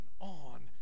on